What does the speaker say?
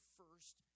first